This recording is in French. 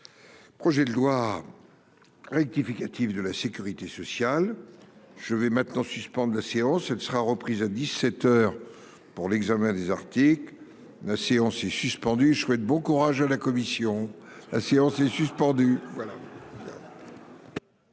Projet de loi. Rectificatif de la Sécurité sociale. Je vais maintenant suspende la séance elle sera reprise à 17h pour l'examen des Arctic la séance est suspendue. Je souhaite bon courage à la commission. La séance est suspendue.